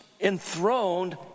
enthroned